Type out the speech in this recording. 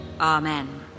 Amen